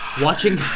watching